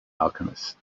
alchemist